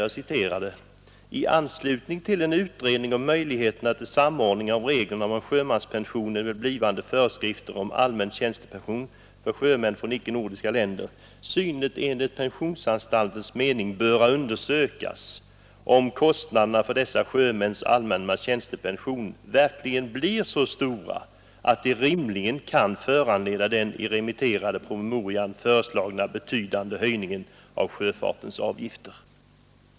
Det heter: I anslutning till en utredning om möjligheterna till samordning av reglerna om sjömanspension med blivande föreskrifter om allmän tjänstepension för sjömän från icke-nordiska länder synes det enligt pensionsanstaltens mening böra undersökas om kostnaderna för dessa sjömäns allmänna tjänstepension verkligen blir så stora att de rimligen kan föranleda den i den remitterade promemorian föreslagna betydande höjningen av sjöfartens avgifter.